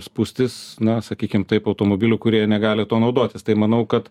spūstis na sakykim taip automobilių kurie negali tuo naudotis tai manau kad